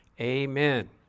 amen